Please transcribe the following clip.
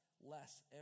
less